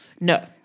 No